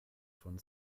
von